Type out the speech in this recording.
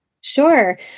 Sure